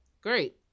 Great